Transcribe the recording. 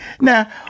Now